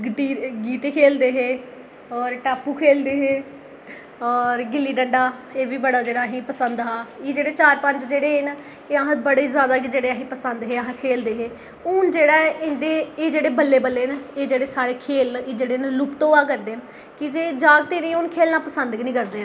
गीह्टे खेढदे हे और टापू खेढदे हे ओर गिल्ली डंड़ा एह् बी बड़ा जेह्ड़ा आहीं पसंद हा एह् जेह्डे चार पंज जेह्डे ऐ न आहें बड़े जैदा पसंद हे अस खेलदे हे हून एह् जेहड़ा इंदे एह् जेह्ड़े न बल्लें बल्लें एह् जेह्ड़े साढे खेढ न एह् जेह्ड़े लुप्त होआ करदे न कि जे जागत इ'नेंगी खेला पसंद गै नीं करदे हैन